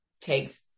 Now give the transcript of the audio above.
takes